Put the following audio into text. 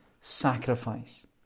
sacrifice